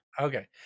Okay